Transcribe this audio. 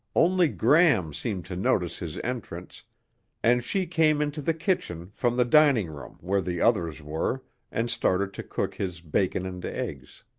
only gram seemed to notice his entrance and she came into the kitchen from the dining room where the others were and started to cook his bacon and eggs.